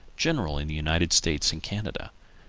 general in the united states and canada.